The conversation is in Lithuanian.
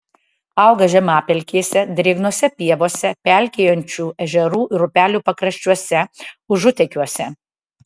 auga žemapelkėse drėgnose pievose pelkėjančių ežerų ir upelių pakraščiuose užutekiuose